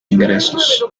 ingresos